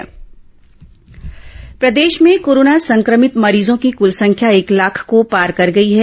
corona समाचार प्रदेश में कोरोना संक्रमित मरीजों की कुल संख्या एक लाख को पार कर गई है